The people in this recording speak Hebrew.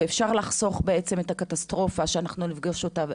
ואפשר לחסוך את הקטסטרופה שאנחנו נפגוש אותה,